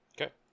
Okay